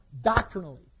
doctrinally